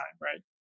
right